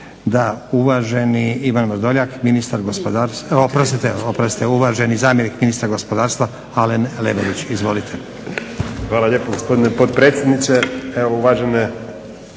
Da uvaženi, Ivan Vrdoljak ministar gospodarstva, oprostite uvaženi zamjenik ministra gospodarstva Alen Leverić, izvolite. **Leverić, Alen** Hvala lijepo gospodine potpredsjedniče. Evo uvažene